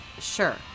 Sure